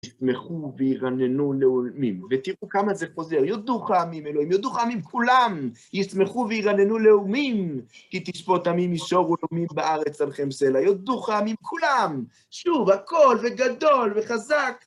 יצמחו וירננו לאומים. ותראו כמה זה חוזר. יודוך עמים אלוהים, יודוך עמים כולם, יצמחו וירננו לאומים, כי תשפוט עמים מישור ולאומים בארץ תנחם סלה. יודוך עמים כולם. שוב, הכל בגדול וחזק.